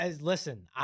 listen